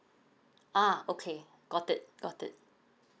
ah okay got it got it